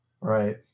Right